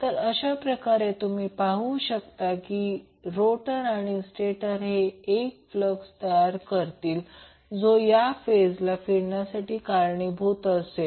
तर अशाप्रकारे तुम्ही पाहू शकता रोटर आणि स्टेटर हे 1 फ्लक्स तयार करतील जो या फेजला फिरण्यासाठी कारणीभूत असेल